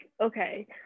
okay